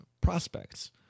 prospects